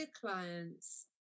clients